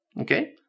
Okay